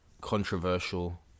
controversial